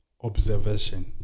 Observation